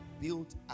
built